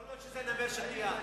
יכול להיות שזה נמר של נייר.